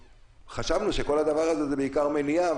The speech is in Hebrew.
וחשבנו שכל הרעיון הוא בעיקר מניעה,